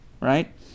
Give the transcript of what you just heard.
right